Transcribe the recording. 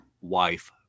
wife